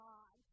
God